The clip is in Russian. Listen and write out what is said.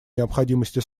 необходимости